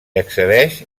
accedeix